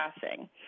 passing